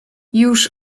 już